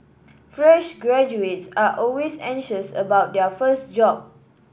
fresh graduates are always anxious about their first job